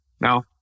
Now